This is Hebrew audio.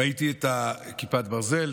ראיתי את כיפת ברזל,